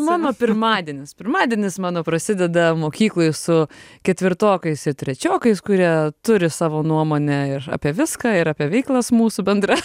mano pirmadienis pirmadienis mano prasideda mokykloj su ketvirtokais i trečiokais kurie turi savo nuomonę apie viską ir apie veiklas mūsų bendra